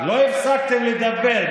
לא הפסקתם לדבר.